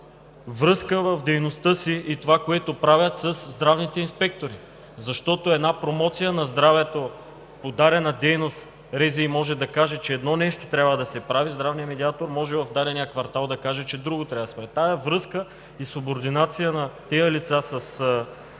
имат връзка в дейността си и това, което правят със здравните инспектори? Защото за една промоция на здравето по дадена дейност РЗИ може да каже, че едно нещо трябва да се прави, а здравният медиатор в дадения квартал може да каже, че друго трябва да се прави. Тази връзка и субординация на тези лица с РЗИ как